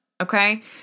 Okay